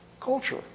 culture